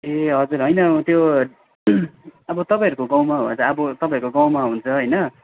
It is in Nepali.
ए हजुर होइन त्यो अब तपाईँहरूको गाउँमा हो भने चाहिँ अब तपाईँहरूको गाउँमा हुन्छ होइन